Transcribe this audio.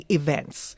events